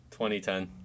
2010